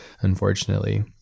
unfortunately